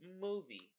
Movie